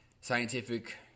scientific